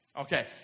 Okay